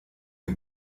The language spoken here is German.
den